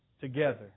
together